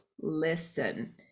listen